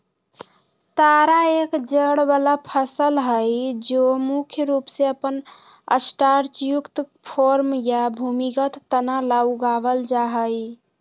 तारा एक जड़ वाला फसल हई जो मुख्य रूप से अपन स्टार्चयुक्त कॉर्म या भूमिगत तना ला उगावल जाहई